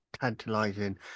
tantalizing